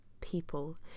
people